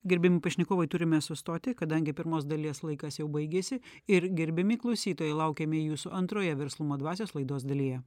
gerbiami pašnekovai turime sustoti kadangi pirmos dalies laikas jau baigėsi ir gerbiami klausytojai laukiame jūsų antroje verslumo dvasios laidos dalyje